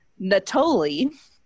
Natoli